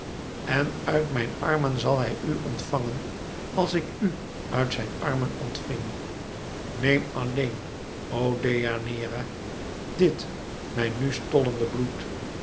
en ùit mijn armen zal hij u ontvangen als ik u uit zijn armen ontving neem alleen o deianeira dit mijn nu stollende bloed